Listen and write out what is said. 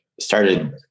started